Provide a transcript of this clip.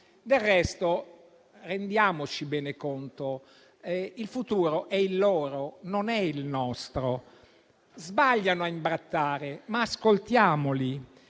Del resto, rendiamoci bene conto che il futuro è il loro, non il nostro. Sbagliano a imbrattare, ma ascoltiamoli.